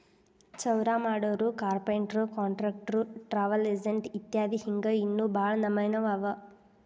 ಚೌರಾಮಾಡೊರು, carpenter, contractor, travel agent ಇತ್ಯದಿ ಹಿಂಗ್ ಇನ್ನೋ ಭಾಳ್ ನಮ್ನೇವ್ ಅವ